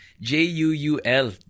J-U-U-L